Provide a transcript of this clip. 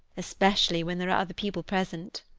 especially when there are other people present.